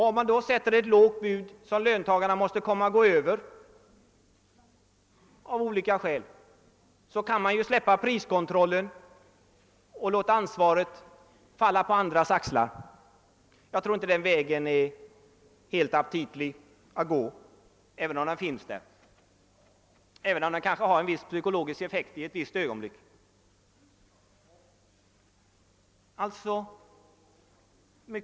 Om det då inte läggs ett lågt bud, kan man släppa priskontrollen och låta ansvaret falla på andras axlar. Jag tror inte att det är helt tillfredsställande att välja den vägen, även om den möjligheten föreligger och även om den i ett visst ögonblick kan ha en viss psykologisk effekt.